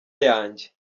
yanjye